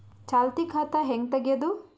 ಚಾಲತಿ ಖಾತಾ ಹೆಂಗ್ ತಗೆಯದು?